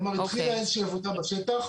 כלומר התחילה איזושהי עבודה בשטח.